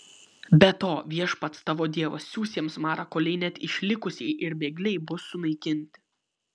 be to viešpats tavo dievas siųs jiems marą kolei net išlikusieji ir bėgliai bus sunaikinti